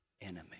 enemy